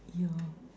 ya